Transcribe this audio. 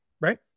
Right